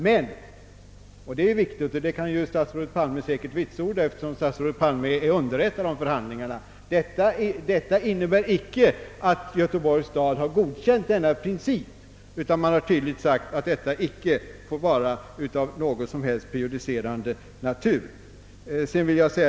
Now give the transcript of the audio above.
Men — det är viktigt, och det kan statsrådet Palme säkert vitsorda, eftersom statsrådet är underrättad om förhandlingarna — detta innebär icke att Göteborgs stad har godkänt principen, utan man har tydligt sagt att detta icke får vara av någon som helst prejudicerande natur.